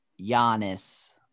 Giannis